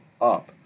up